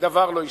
דבר לא השתנה.